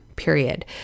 period